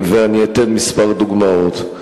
ואני אתן כמה דוגמאות.